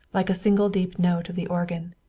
like a single deep note of the organ.